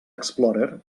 explorer